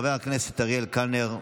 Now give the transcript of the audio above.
התקבלה בקריאה השנייה והשלישית,